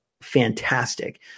fantastic